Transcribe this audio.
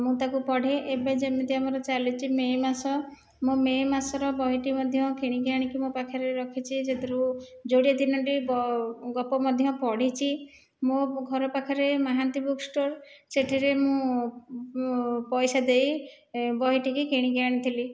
ମୁଁ ତାକୁ ପଢ଼େ ଏବେ ଯେମିତି ଆମର ଚାଲିଛି ମେ' ମାସ ମୁଁ ମେ' ମାସର ବହିଟି ମଧ୍ୟ କିଣିକି ଆଣିକି ମୋ' ପାଖରେ ରଖିଛି ସେଥିରୁ ଯୋଡ଼ିଏ ତିନୋଟି ଗପ ମଧ୍ୟ ପଢ଼ିଛି ମୋ' ଘର ପାଖରେ ମହାନ୍ତି ବୁକ୍ ଷ୍ଟୋର ସେଠାରେ ମୁଁ ପଇସା ଦେଇ ବହିଟିକୁ କିଣିକି ଆଣିଥିଲି